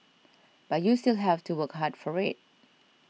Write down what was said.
but you still have to work hard for it